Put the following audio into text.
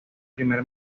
primer